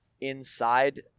inside